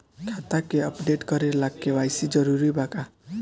खाता के अपडेट करे ला के.वाइ.सी जरूरी बा का?